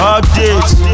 Updates